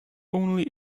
only